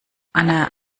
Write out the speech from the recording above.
anna